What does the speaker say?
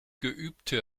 geübte